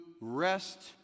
rest